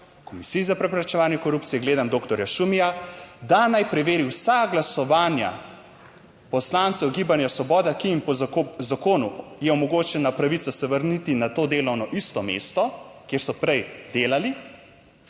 Komisiji za preprečevanje korupcije, gledam doktorja Šumija, da naj preveri vsa glasovanja poslancev Gibanja Svoboda, ki jim po zakonu je omogočena pravica se vrniti na to delovno isto mesto, kjer so prej delali,